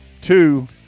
two